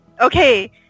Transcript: Okay